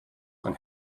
und